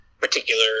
particular